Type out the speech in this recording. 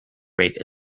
rate